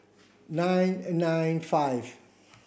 nine and nine five